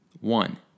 one